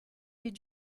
did